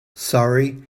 surrey